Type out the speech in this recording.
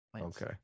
Okay